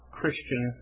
Christian